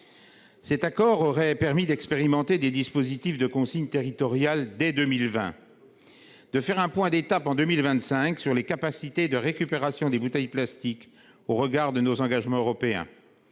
Cet accord aurait permis d'expérimenter des dispositifs de consigne territoriale dès 2020, de faire un point d'étape en 2025 sur les capacités de récupération des bouteilles en plastique au regard de nos engagements européens